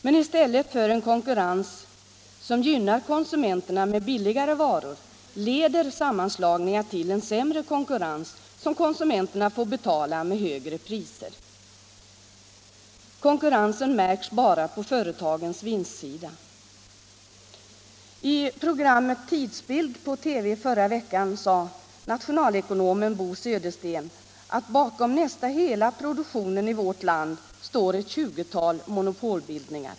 Men i stället för en konkurrens som gynnar konsumenterna med billigare varor leder sammanslagningar till en sämre konkurrens, som konsumenter får betala med högre priser. Konkurrensen märks bara på företagens vinstsida. I TV-programmet Tidsbild förra veckan sade nationalekonomen Bo Södersten att bakom nästan hela produktionen i vårt land står ett 20-tal monopolbildningar.